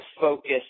focus